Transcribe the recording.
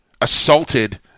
assaulted